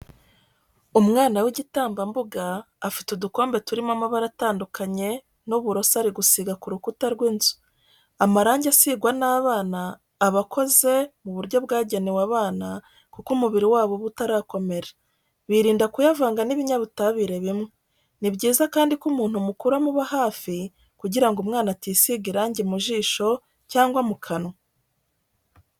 Umwana w'igitambambuga afite udukombe turimo amabara atandukanye n'uburoso ari gusiga ku rukuta rw'inzu. Amarangi asigwa n'abana aba akoze mu buryo bwagenewe abana kuko umubiri wabo uba utarakomera, birinda kuyavanga n'ibinyabutabire bimwe. Ni byiza kandi ko umuntu mukuru amuba hafi kugira ngo umwana atisiga irangi mu jisho cyangwa mu kanwa.